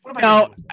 No